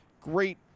great